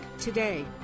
today